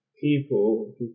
people